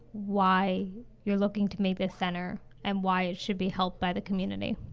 why you're looking to make this center and why it should be helped by the community